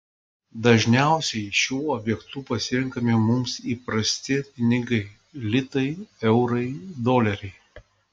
dažniausiai šiuo objektu pasirenkami mums įprasti pinigai litai eurai doleriai